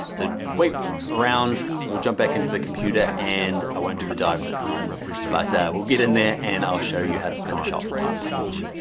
so wait around or jump back into the computer. and i won't do the dive this time but we'll get in there and i'll show you how to finish off our page.